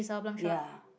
ya